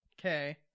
Okay